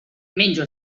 menjo